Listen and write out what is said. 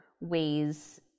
ways